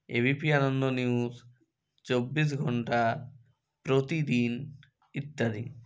ABP Ananda news চব্বিশ ঘণ্টা প্রতিদিন ইত্যাদি